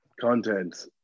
content